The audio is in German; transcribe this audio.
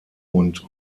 und